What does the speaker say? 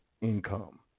income